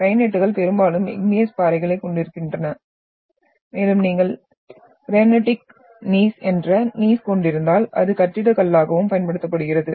கிரானைட்டுகள் பெரும்பாலும் இக்னியஸ் பாறைகளைக் கொண்டிருக்கின்றன மேலும் நீங்கள் கிரானிடிக் நீய்ஸ் என்ற நீய்ஸ் கொண்டிருந்தால் அது கட்டிடக் கல்லாகவும் பயன்படுத்தப்படுகிறது